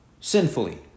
sinfully